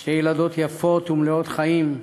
שתי ילדות יפות ומלאות חיים,